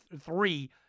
three